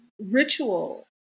ritual